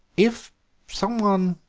if someone,